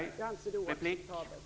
Jag anser det oacceptabelt.